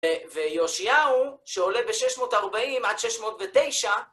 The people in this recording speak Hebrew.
ויאושיהו, שעולה ב-640 עד 609,